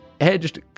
edged